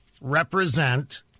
represent